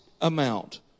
amount